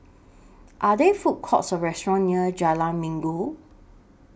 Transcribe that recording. Are There Food Courts Or restaurants near Jalan Minggu